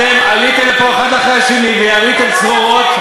אתם עליתם לפה אחד אחרי השני ויריתם צרורות,